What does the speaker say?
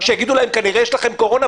שיגידו להם: כנראה יש לכם קורונה,